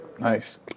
Nice